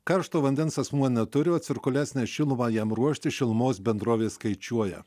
karšto vandens asmuo neturi cirkuliacinę šilumą jam ruošti šilumos bendrovės skaičiuoja